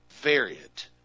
variant